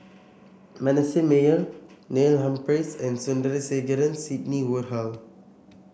Manasseh Meyer Neil Humphreys and Sandrasegaran Sidney Woodhull